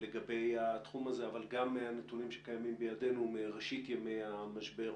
לגבי התחום הזה אבל גם הנתונים שקיימים בידינו מראשית ימי המשבר,